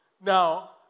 Now